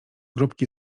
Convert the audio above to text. grupki